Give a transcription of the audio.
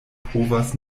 povas